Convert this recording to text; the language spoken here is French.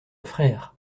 frère